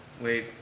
Wait